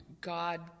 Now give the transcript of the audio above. God